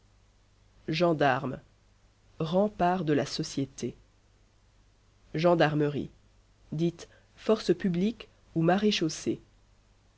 gendarme rempart de la société gendarmerie dites force publique ou maréchaussée